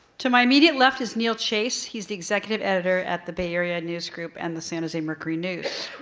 to my immediate left is neil chase, he's the executive editor at the bay area newsgroup and the san jose mercury news.